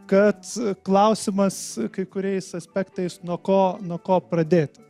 kad klausimas kai kuriais aspektais nuo ko nuo ko pradėti